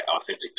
authentic